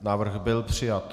Návrh byl přijat.